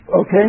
Okay